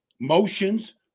motions